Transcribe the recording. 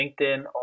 LinkedIn